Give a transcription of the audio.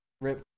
Rip